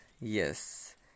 yes